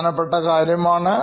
പ്രധാനപ്പെട്ട കാര്യമാണ്